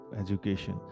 education